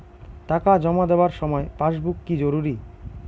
টাকা জমা দেবার সময় পাসবুক কি জরুরি?